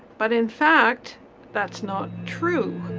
but in fact that's not true.